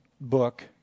book